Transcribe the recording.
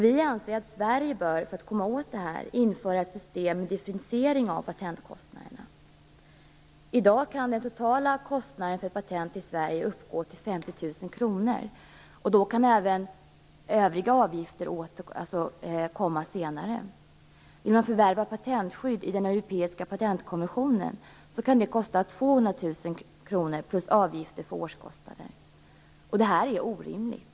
Vi anser att Sverige, för att komma åt det här, bör införa ett system med differentiering av patentkostnaderna. I dag kan den totala kostnaden för ett patent i Sverige uppgå till 50 000 kr, och då kan det även komma övriga avgifter senare. Om man vill förvärva patentskydd i den europeiska patentkommissionen kan det kosta 200 000 kr plus avgifter för årskostnader. Det är orimligt.